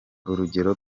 urugero